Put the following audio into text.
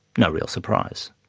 no real surprise.